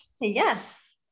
Yes